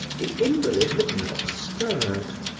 the invalid had not stirred.